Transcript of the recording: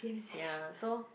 ya so